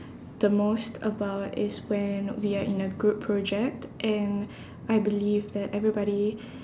the most about is when we are in a group project and I believe that everybody